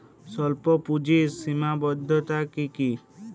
স্বল্পপুঁজির সীমাবদ্ধতা কী কী?